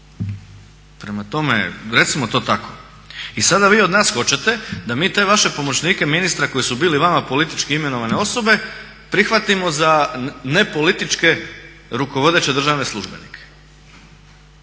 tajnik. Recimo to tako. I sada vi od nas hoćete da mi te vaše pomoćnike ministra koji su bili vama politički imenovane osobe prihvatimo za nepolitičke rukovodeće državne službenike.